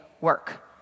work